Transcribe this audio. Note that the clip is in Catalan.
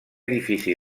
edifici